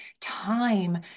time